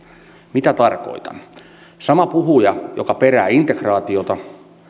mitä tarkoitan sama puhuja joka perää integraatiota